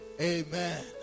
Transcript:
Amen